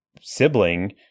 sibling